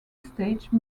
stage